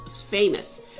famous